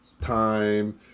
time